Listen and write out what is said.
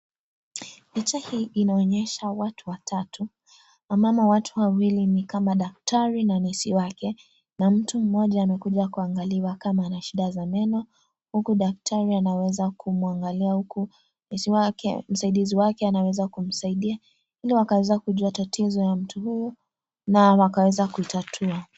Picha hii inaonyesha watu watatu, ambamo watu wawili ni kama daktari na nesi wake, na mtu mmoja amekuja kuangaliwa kama ana shida za meno huku daktari anaweza kumuangalia, huku nesi wake, msaidizi wake anaweza kumsaidia ili wakaeza kujua tatizo la mtu huyu na wakaweza kuitatua.